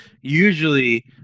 usually –